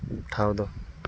ᱴᱷᱟᱶ ᱫᱚ